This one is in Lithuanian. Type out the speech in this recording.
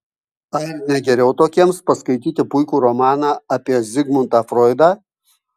ar ne geriau tokiems paskaityti puikų romaną apie zigmundą froidą